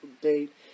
date